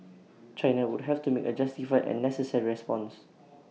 China would have to make A justified and necessary response